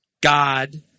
God